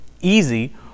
Easy